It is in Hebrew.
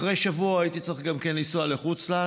אחרי שבוע הייתי צריך לנסוע לחו"ל,